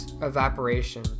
evaporation